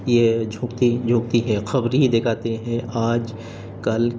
یہ جھوکتی جھوکتی ہے خبری دکھاتے ہیں آج کل